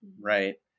right